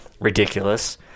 ridiculous